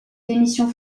d’émissions